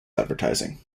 advertising